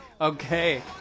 Okay